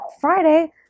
Friday